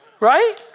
right